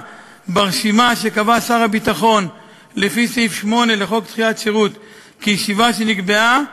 ברשימה שקבע שר הביטחון לפי סעיף 8 לחוק דחיית שירות כישיבה שנקבעה